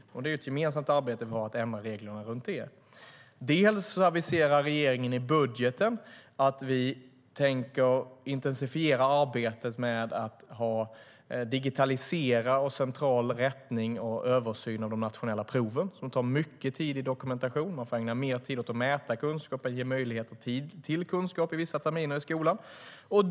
Det är ett gemensamt arbete för oss att ändra reglerna. Dels aviserar regeringen i budgeten att vi tänker intensifiera arbetet med digitalisering och central rättning och översyn av de nationella proven. Det tar mycket tid i dokumentation. Vissa terminer i skolan får man ägna mer tid åt att mäta kunskap än åt att förmedla kunskap.